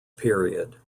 period